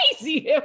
crazy